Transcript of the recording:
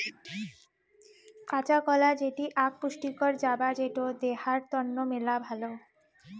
কাঁচা কলা যেটি আক পুষ্টিকর জাবা যেটো দেহার তন্ন মেলা ভালো